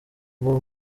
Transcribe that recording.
bob